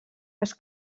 les